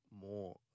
more